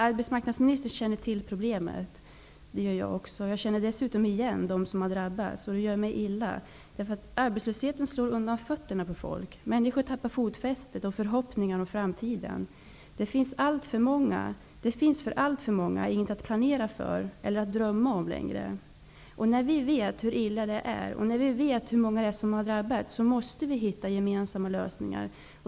Arbetsmarknadsministern känner till problemet, och det gör jag också. Dessutom känner jag igen dem som drabbats, och det gör mig illa. Arbetslösheten slår ju undan fötterna på folk. Människor tappar fotfästet och förlorar hoppet om framtiden. Det är alltför många som inte längre har något att planera för eller drömma om. Eftersom vi vet hur illa det är och hur många det är som har drabbats, måste vi hitta gemensamma lösningar.